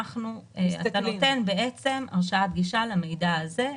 אתה נותן בעצם הרשאת גישה למידע הזה,